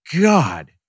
God